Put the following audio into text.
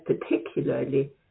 particularly